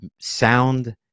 sound